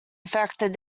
affected